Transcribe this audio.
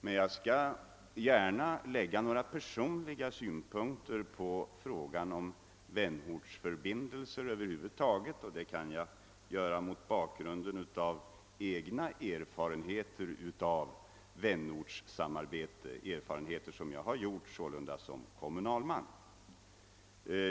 Jag skall emellertid gärna anlägga några personliga synpunkter på frågan om vänortsförbindelser över huvud taget, vilket jag kan göra mot bakgrunden av egna erfarenheter av vänortssamarbete, vilka jag gjort som kommunalman.